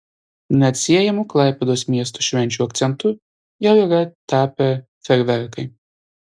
neatsiejamu klaipėdos miesto švenčių akcentu jau yra tapę fejerverkai